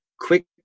quick